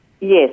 Yes